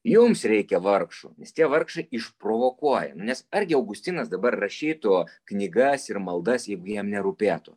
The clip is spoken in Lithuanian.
jums reikia vargšų nes tie vargšai išprovokuoja nu nes argi augustinas dabar rašytų knygas ir maldas jeigu jam nerūpėtų